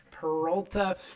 Peralta